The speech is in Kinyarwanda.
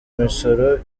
imisoro